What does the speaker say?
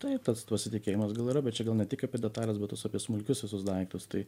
taip tas pasitikėjimas gal yra bet čia gal ne tik apie detales bet tuos apie smulkius visus daiktus tai